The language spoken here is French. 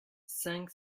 cinq